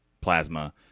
Plasma